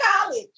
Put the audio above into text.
college